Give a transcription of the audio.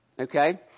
Okay